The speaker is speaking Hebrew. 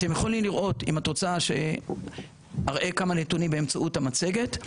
אתם יכולים לראות בכמה נתונים שאראה באמצעות המצגת.